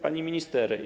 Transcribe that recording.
Pani Minister!